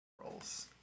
roles